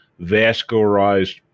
vascularized